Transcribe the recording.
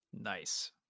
Nice